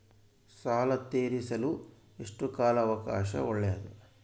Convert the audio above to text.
ಸಾಲ ತೇರಿಸಲು ಎಷ್ಟು ಕಾಲ ಅವಕಾಶ ಒಳ್ಳೆಯದು?